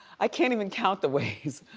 i can't even count the ways.